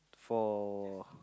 for